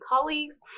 colleagues